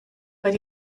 but